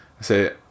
say